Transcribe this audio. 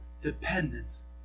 dependence